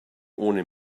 ohne